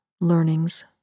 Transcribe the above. learnings